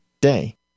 day